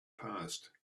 past